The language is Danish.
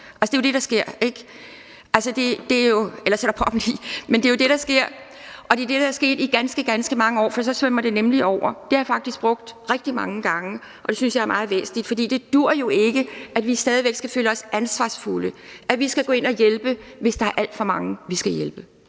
Det er jo det, der sker, ikke? Det er jo det, der er sket i ganske mange år, og så svømmer det nemlig over. Det billede har jeg faktisk brugt rigtig mange gange, og det synes jeg er meget væsentligt. For det duer jo ikke, at vi stadig væk skal føle os ansvarsfulde, og at vi skal gå ind og hjælpe, hvis der er alt for mange, vi skal hjælpe.